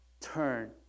turn